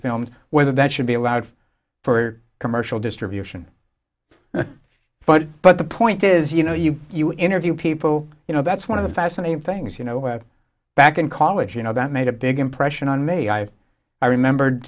filmed whether that should be allowed for commercial distribution but but the point is you know you you interview people you know that's one of the fascinating things you know back in college you know that made a big impression on me i remembered